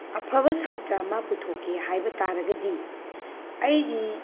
ꯑꯐꯕ ꯁꯥꯇ꯭ꯔ ꯑꯃ ꯄꯨꯊꯣꯛꯀꯦ ꯍꯥꯏꯕ ꯇꯥꯔꯒꯗꯤ ꯑꯩꯒꯤ